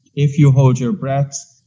if you hold your breaths,